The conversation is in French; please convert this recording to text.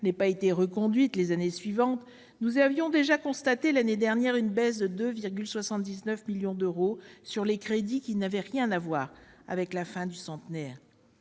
n'aient pas été reconduits au titre des années suivantes, nous avions déjà constaté, l'année dernière, une baisse de 2,79 millions d'euros des crédits qui n'avait rien à voir avec la fin de la